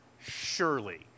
surely